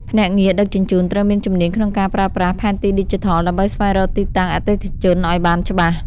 ភ្នាក់ងារដឹកជញ្ជូនត្រូវមានជំនាញក្នុងការប្រើប្រាស់ផែនទីឌីជីថល ដើម្បីស្វែងរកទីតាំងអតិថិជនឱ្យបានច្បាស់។